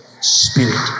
spirit